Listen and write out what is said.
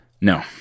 No